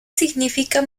significa